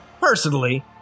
personally